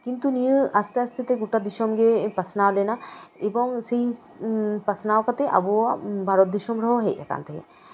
ᱠᱤᱱᱛᱩ ᱱᱤᱭᱟᱹ ᱟᱥᱛᱮ ᱟᱥᱛᱮ ᱛᱮ ᱜᱳᱴᱟ ᱫᱤᱥᱚᱢᱜᱮ ᱯᱟᱥᱱᱟᱣ ᱞᱮᱱᱟ ᱮᱵᱚᱝ ᱯᱟᱥᱱᱟᱣ ᱠᱟᱛᱮᱫ ᱟᱵᱚ ᱵᱷᱟᱨᱚᱛ ᱫᱤᱥᱚᱢ ᱨᱮᱦᱚᱸ ᱦᱮᱡ ᱟᱠᱟᱱ ᱛᱟᱦᱮᱸᱫ